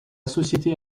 société